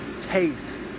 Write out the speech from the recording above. taste